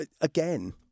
again